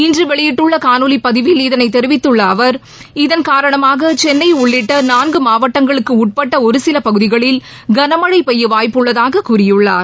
இன்று வெளியிட்டுள்ள காணொலி பதிவில் இதனைத் தெரிவித்துள்ள அவர் இதன் காரணமாக சென்னை உள்ளிட்ட நான்கு மாவட்டங்களுக்கு உட்பட்ட ஒருசில பகுதிகளில் கனமழை பெய்ய வாய்ப்பு உள்ளதாகக் கூறியுள்ளார்